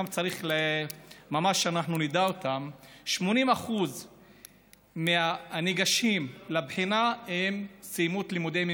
צריך שממש נדע אותם: 80% מהניגשים לבחינה סיימו את לימודיהם,